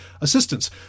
assistance